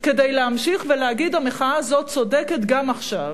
כדי להמשיך ולהגיד שהמחאה הזאת צודקת גם עכשיו.